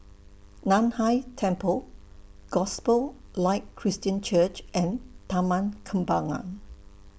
NAN Hai Temple Gospel Light Christian Church and Taman Kembangan